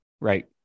right